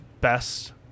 best